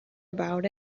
about